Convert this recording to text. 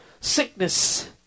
sickness